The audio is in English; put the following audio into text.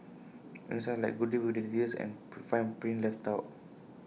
only sounds like good deal with details and fine print left out